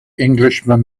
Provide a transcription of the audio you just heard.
englishman